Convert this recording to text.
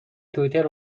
توییتر